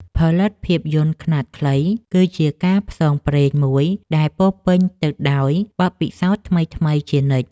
ផលិតភាពយន្តខ្នាតខ្លីគឺជាការផ្សងព្រេងមួយដែលពោរពេញទៅដោយបទពិសោធន៍ថ្មីៗជានិច្ច។